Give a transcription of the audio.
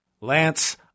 Lance